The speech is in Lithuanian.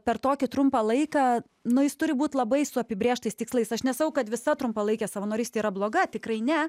per tokį trumpą laiką nu jis turi būt labai su apibrėžtais tikslais aš nesakau kad visa trumpalaikė savanorystė yra bloga tikrai ne